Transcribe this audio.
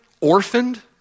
orphaned